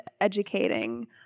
educating